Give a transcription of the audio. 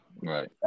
Right